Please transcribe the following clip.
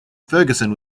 ferguson